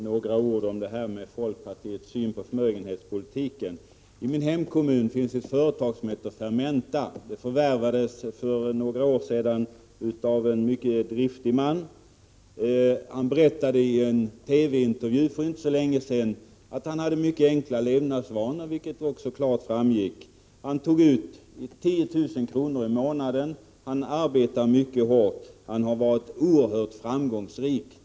Herr talman! Några ord om folkpartiets syn på förmögenhetspolitiken. I min hemkommun finns ett företag som heter Fermenta. Det förvärvades för några år sedan av en mycket driftig man. Han berättade i en TV-intervju för inte så länge sedan att han hade mycket enkla levnadsvanor, vilket också klart framgick. Han tog ut 10 000 kr. i månaden, han arbetar mycket hårt och har varit oerhört framgångsrik.